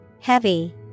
Heavy